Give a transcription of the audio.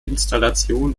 installation